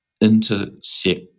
intercept